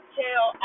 tell